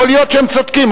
יכול להיות שהם צודקים,